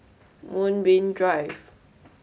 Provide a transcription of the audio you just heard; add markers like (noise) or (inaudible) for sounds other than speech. Moonbeam (noise) Drive